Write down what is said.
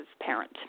parent